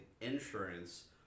insurance